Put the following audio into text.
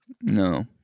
No